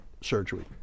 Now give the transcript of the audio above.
surgery